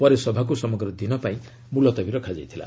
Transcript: ପରେ ସଭାକୁ ସମଗ୍ର ଦିନ ପାଇଁ ମୁଲତବୀ ରଖାଯାଇଥିଲା